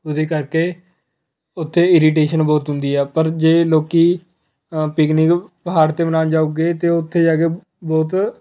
ਉਹਦੇ ਕਰਕੇ ਉੱਥੇ ਇਰੀਟੇਸ਼ਨ ਬਹੁਤ ਹੁੰਦੀ ਆ ਪਰ ਜੇ ਲੋਕ ਪਿਕਨਿਕ ਪਹਾੜ 'ਤੇ ਮਨਾਉਣ ਜਾਉਗੇ ਅਤੇ ਉੱਥੇ ਜਾ ਕੇ ਬਹੁਤ